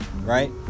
Right